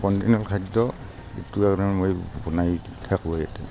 continental খাদ্য এইটো আৰু মই বনাই থাকোঁৱে